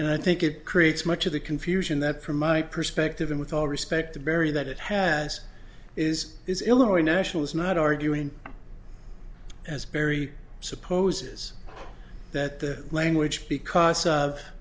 and i think it creates much of the confusion that from my perspective and with all respect to barry that it has is is illinois national is not arguing as barry supposes that the language because of